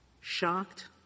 shocked